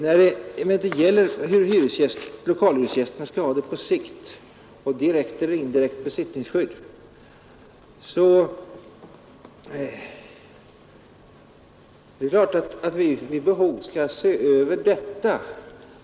När det emellertid gäller hur lokalhyresgästerna skall ha det på sikt — direkt eller indirekt besittningsskydd — så är det klart att vi vid behov skall se över detta.